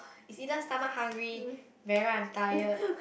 is either stomach hungry wherever I'm tired